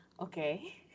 okay